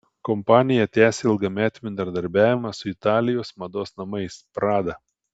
kompanija tęsia ilgametį bendradarbiavimą su italijos mados namais prada